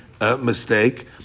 mistake